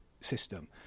system